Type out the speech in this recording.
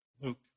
Luke